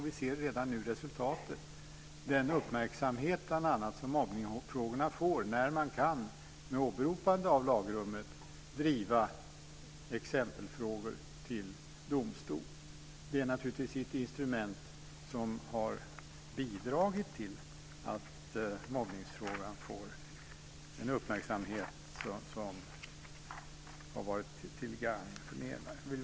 Vi ser redan nu resultatet, bl.a. den uppmärksamhet som mobbningsfrågan får när man med åberopande av lagrummet kan driva exempelfrågor till domstol. Det är naturligtvis ett instrument som har bidragit till att mobbningsfrågan får den uppmärksamhet som är till gagn för den.